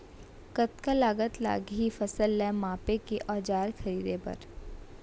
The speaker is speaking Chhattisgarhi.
कतका लागत लागही फसल ला मापे के औज़ार खरीदे बर?